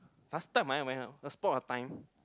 last time I Once Upon a Time